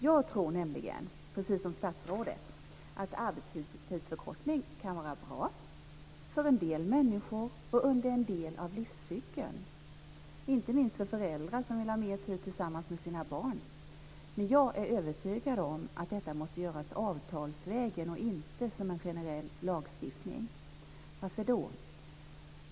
Jag tror precis som statsrådet att arbetstidsförkortning kan vara bra för en del människor under en del av livscykeln. Det gäller inte minst föräldrar som vill ha mer tid för sina barn. Men jag är övertygad om att detta måste göras avtalsvägen och inte som en generell lagstiftning. Varför då?